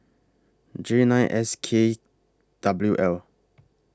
J nine S K W L